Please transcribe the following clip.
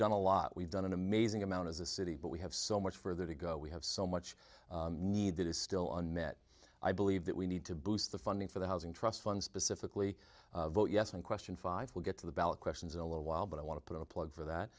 done a lot we've done an amazing amount as a city but we have so much further to go we have so much need that is still on met i believe that we need to boost the funding for the housing trust fund specifically vote yes on question five we'll get to the ballot questions in a little while but i want to put a plug for that